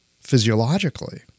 physiologically